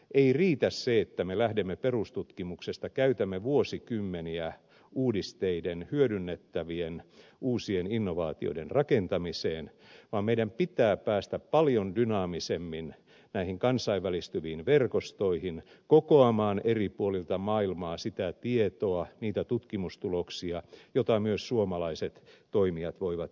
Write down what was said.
ei riitä se että me lähdemme perustutkimuksesta käytämme vuosikymmeniä uudisteiden hyödynnettävien uusien innovaatioiden rakentamiseen vaan meidän pitää päästä paljon dynaamisemmin näihin kansainvälistyviin verkostoihin kokoamaan eri puolilta maailmaa sitä tietoa niitä tutkimustuloksia joita myös suomalaiset toimijat voivat hyödyntää